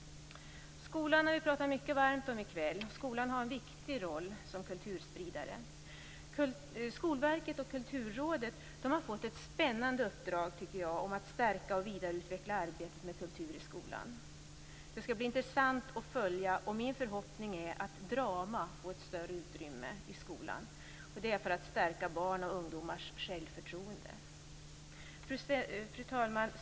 Vi har talat mycket varmt om skolan i kväll. Skolan har en viktig roll som kulturspridare. Skolverket och Kulturrådet har fått ett spännande uppdrag att stärka och vidareutveckla arbetet med kultur i skolan. Det skall bli intressant att följa det. Min förhoppning är att drama får ett större utrymme i skolan för att stärka barns och ungdomars självförtroende. Fru talman!